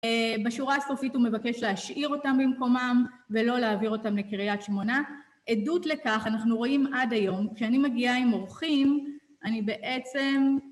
אמ... בשורה הסופית הוא מבקש להשאיר אותם במקומם ולא להעביר אותם לקרית שמונה. עדות לכך, אנחנו רואים עד היום, כשאני מגיעה עם אורחים, אני בעצם...